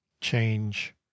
change